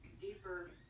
deeper